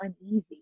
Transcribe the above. uneasy